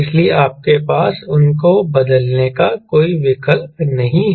इसलिए आपके पास उन को बदलने का कोई विकल्प नहीं है